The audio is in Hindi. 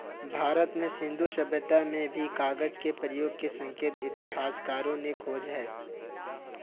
भारत में सिन्धु सभ्यता में भी कागज के प्रयोग के संकेत इतिहासकारों ने खोजे हैं